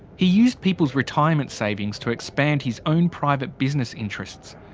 he used people's retirement savings to expand his own private business interests.